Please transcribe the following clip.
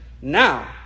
now